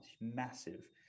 massive